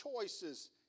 choices